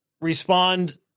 respond